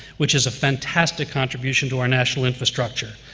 which is a fantastic contribution to our national infrastructure.